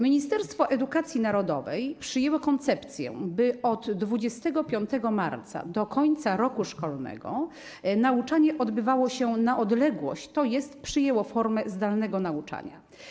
Ministerstwo Edukacji Narodowej przyjęło koncepcję, by od 25 marca do końca roku szkolnego nauczanie odbywało się na odległość, tj. przyjęło formę zdalnego nauczania.